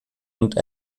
und